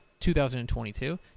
2022